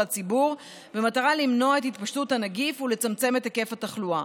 הציבור במטרה למנוע את התפשטות הנגיף ולצמצם את היקף התחלואה.